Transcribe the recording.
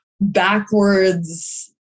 backwards